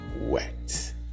wet